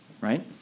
right